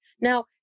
Now